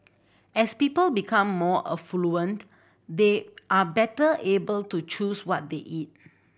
as people become more affluent they are better able to choose what they eat